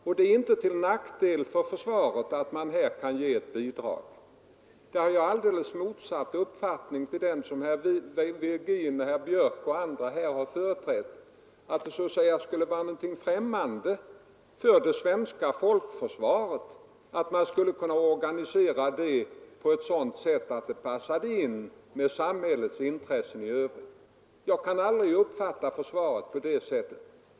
Och det är inte till nackdel för försvaret att man här kan ge ett bidrag. Där har jag alldeles motsatt uppfattning mot den som herr Virgin, herr Björck i Nässjö och andra har företrätt, att det så att säga skulle vara främmande för det svenska folkförsvaret att det organiseras så att det passar in med samhällets intressen i övrigt. Jag kan aldrig uppfatta försvaret på det sättet.